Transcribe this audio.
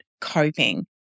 coping